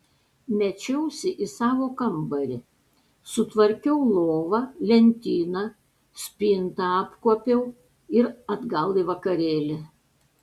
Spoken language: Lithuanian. mečiausi į savo kambarį sutvarkiau lovą lentyną spintą apkuopiau ir atgal į vakarėlį